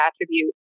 attribute